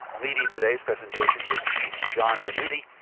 leading today's presentation is chief john venuti,